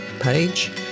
page